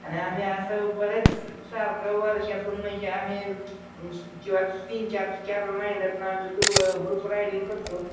आणि आम्ही असं बरेच सारखं वर्षातून म्हणजे आम्ही किंवा तीन चार चार महिन्यातनं आम्ही ग्रुप रायडींग करतो